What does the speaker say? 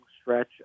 stretch